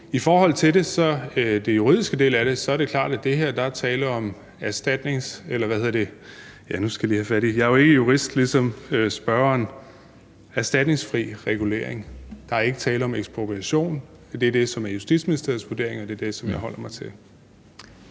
– nu skal jeg lige have fat i det, jeg er jo ikke jurist som spørgeren – erstatningsfri regulering. Der er ikke tale om ekspropriation – det er det, som er Justitsministeriets vurdering, og det er det, som jeg holder mig til.